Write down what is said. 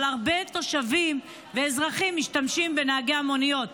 אבל הרבה תושבים ואזרחים משתמשים בנהגי המוניות,